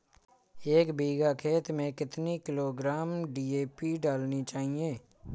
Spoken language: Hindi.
एक बीघा खेत में कितनी किलोग्राम डी.ए.पी डालनी चाहिए?